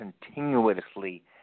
continuously